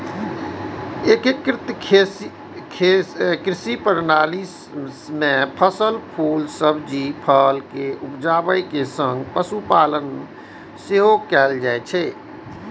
एकीकृत कृषि प्रणाली मे फसल, फूल, सब्जी, फल के उपजाबै के संग पशुपालन सेहो कैल जाइ छै